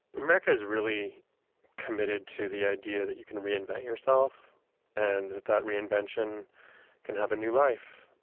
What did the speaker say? murka is really committed to the idea that you can reinvent yourself and that that reinvention can have a new life.